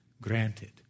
granted